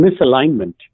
misalignment